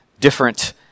different